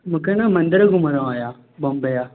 मूंखे न मंदरु घुमिणो हुओ बॉम्बे जा